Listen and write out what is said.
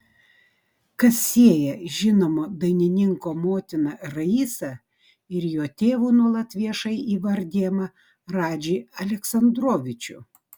kas sieja žinomo dainininko motiną raisą ir jo tėvu nuolat viešai įvardijamą radžį aleksandrovičių